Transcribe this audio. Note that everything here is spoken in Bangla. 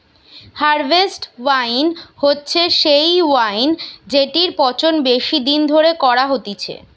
হারভেস্ট ওয়াইন হচ্ছে সেই ওয়াইন জেটির পচন বেশি দিন ধরে করা হতিছে